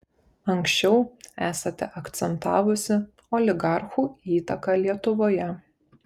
anksčiau esate akcentavusi oligarchų įtaką lietuvoje